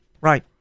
Right